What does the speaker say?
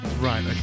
Right